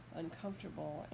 uncomfortable